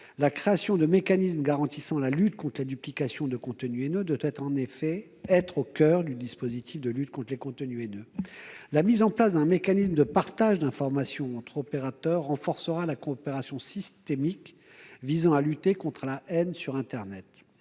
La création de mécanismes garantissant la lutte contre la duplication de contenus haineux doit être en effet au coeur du dispositif de lutte contre les contenus haineux. La mise en place d'un mécanisme de partage d'informations entre opérateurs renforcera la coopération systémique visant à lutter contre la haine sur internet.